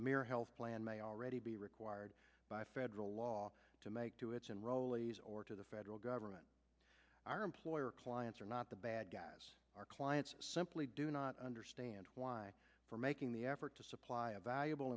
mere health plan may already be required by federal law to make to its enrollees or to the federal government our employer clients are not the bad guys our clients simply do not understand why for making the effort to supply a valuable